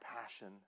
passion